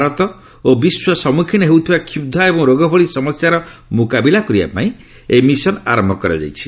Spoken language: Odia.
ଭାରତ ଓ ବିଶ୍ୱ ସମ୍ମୁଖୀନ ହେଉଥିବା କ୍ଷୁଧା ଏବଂ ରୋଗ ଭଳି ସମସ୍ୟାର ମୁକାବିଲା କରିବା ପାଇଁ ଏହି ମିଶନ୍ ଆରମ୍ଭ କରାଯାଇଛି